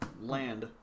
land